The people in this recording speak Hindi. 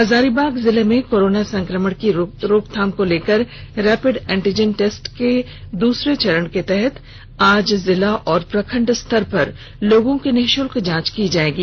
हजारीबाग जिले में कोरोना संक्रमण के रोकथाम को लेकर रैपिड एंटीजन टेस्ट के दूसरा चरण के तहत आज जिला व प्रखण्ड स्तर पर लोगों की निःशुल्क जांच की जाएगी